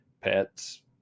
pets